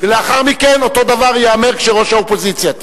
לאחר מכן אותו דבר ייאמר כשראש האופוזיציה תהיה.